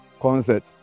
Concert